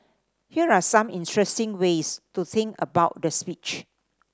here are some interesting ways to think about the speech